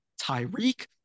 Tyreek